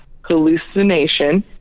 hallucination